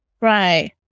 Right